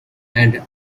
and